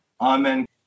Amen